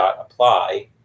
.apply